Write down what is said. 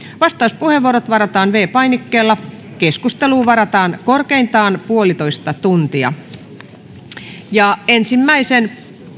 vastauspuheenvuorot varataan täysistunnossa viidennellä painikkeella keskusteluun varataan aikaa korkeintaan yksi pilkku viisi tuntia ensimmäisen